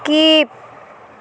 skip